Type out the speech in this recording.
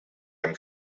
hem